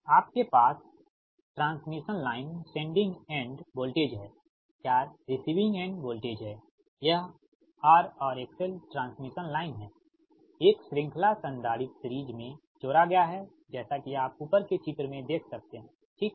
आपके पास transmission line sending end voltage है क्या रिसीविंग एंड वोल्टेज है यह R और XL ट्रांसमिशन लाइन है एक श्रृंखला संधारित्र सीरिज़ में जोड़ा गया है जैसा कि आप ऊपर के चित्र में देख सकते ठीक है